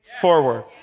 forward